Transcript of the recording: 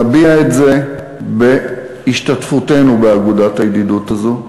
נביע את זה בהשתתפותנו באגודת הידידות הזאת.